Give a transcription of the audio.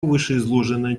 вышеизложенное